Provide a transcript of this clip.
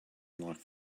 unlocked